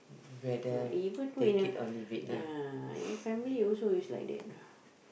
even ya family also it's like that